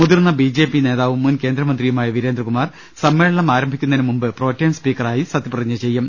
മുതിർന്ന B J P നേതാവും മുൻ കേന്ദ്രമന്ത്രിയു മായ വീരേന്ദ്രകുമാർ സമ്മേളനം ആരംഭിക്കുന്നതിനുമുമ്പ് പ്രോടേം സ്വീക്ക റായി സത്യപ്രതിജ്ഞ ചെയ്യും